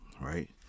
right